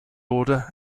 order